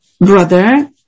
brother